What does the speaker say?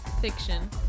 Fiction